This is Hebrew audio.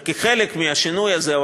וכחלק מהשינוי הזה,